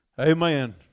Amen